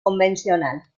convencional